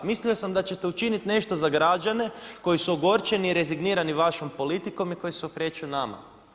Mislio sam da ćete učiniti nešto za građane koji su ogorčeni i rezignirani vašom politikom i koji se okreću nama.